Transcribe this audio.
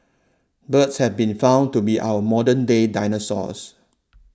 birds have been found to be our modern day dinosaurs